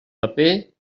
paper